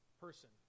person